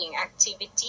activity